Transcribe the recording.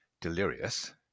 delirious